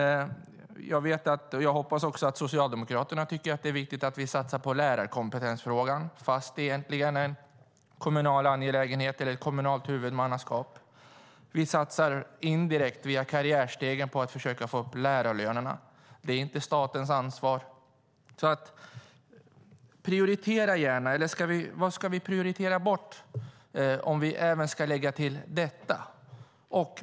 Jag tycker och jag hoppas att också Socialdemokraterna tycker att det är viktigt att vi satsar på lärarkompetensfrågan, fast det egentligen är ett kommunalt huvudmannaskap. Vi satsar indirekt via karriärstegen på att försöka få upp lärarlönerna. Det är inte statens ansvar. Prioritera gärna! Eller: Vad ska vi prioritera bort om vi även ska lägga till detta?